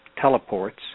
teleports